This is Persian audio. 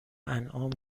انعام